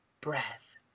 breath